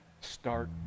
Start